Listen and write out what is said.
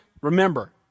remember